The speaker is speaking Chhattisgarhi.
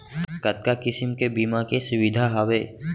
कतका किसिम के बीमा के सुविधा हावे?